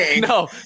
No